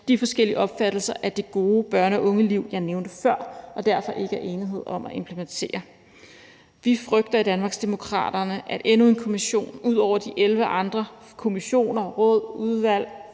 de forskellige opfattelser af det gode børne- og ungeliv, jeg nævnte før, og som der derfor ikke vil være enighed om at implementere. Vi frygter i Danmarksdemokraterne, at endnu en kommission ud over de 11 andre kommissioner, råd og udvalg,